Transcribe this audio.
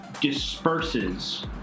Disperses